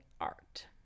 art